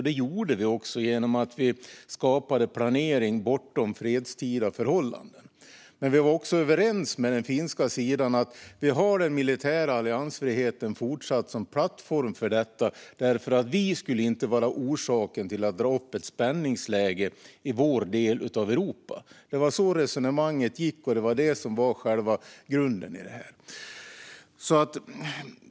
Det gjorde vi genom att vi skapade planering bortom fredstida förhållanden. Men vi var också överens med den finska sidan om att vi fortsatt har den militära alliansfriheten som plattform för detta. Vi skulle inte vara orsaken till att det byggdes upp ett spänningsläge i vår del av Europa. Det var så resonemanget gick. Det var själva grunden i det.